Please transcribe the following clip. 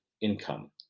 income